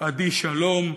עדי שלום,